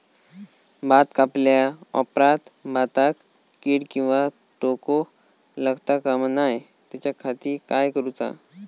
भात कापल्या ऑप्रात भाताक कीड किंवा तोको लगता काम नाय त्याच्या खाती काय करुचा?